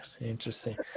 interesting